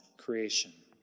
creation